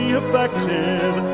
effective